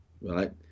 right